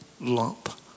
lump